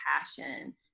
passion